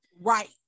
Right